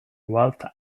wealth